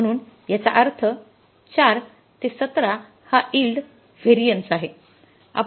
म्हणून याचा अर्थ ४ ते १७ हा यिल्ड व्हेरिएन्सआहे